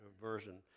version